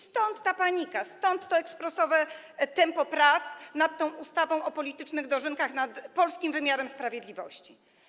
Stąd ta panika, stąd to ekspresowe tempo prac nad tą ustawą o politycznych dożynkach nad polskim wymiarem sprawiedliwości.